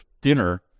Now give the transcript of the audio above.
dinner